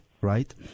right